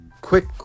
quick